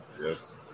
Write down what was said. Yes